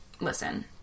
Listen